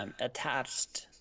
attached